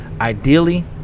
ideally